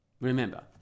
Remember